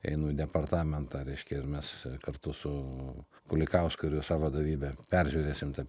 einu į departamentą reiškia ir mes kartu su kulikausku ir visa vadovybe peržiūrėsim tą